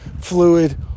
fluid